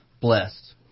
blessed